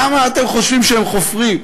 למה אתם חושבים שהם חופרים?